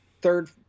third